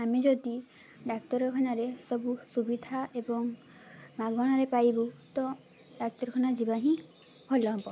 ଆମେ ଯଦି ଡାକ୍ତରଖାନାରେ ସବୁ ସୁବିଧା ଏବଂ ମାଗଣାରେ ପାଇବୁ ତ ଡାକ୍ତରଖାନା ଯିବା ହିଁ ଭଲ ହେବ